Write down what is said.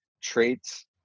traits